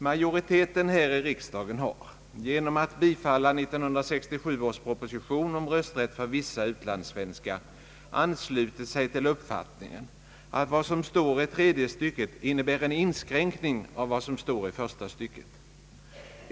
Majoriteten här i riksdagen har genom att bifalla 1967 års proposition om rösträtt för vissa utlandssvenskar anslutit sig till uppfattningen, att vad som står i tredje stycket innebär en inskränkning i vad som står i första stycket.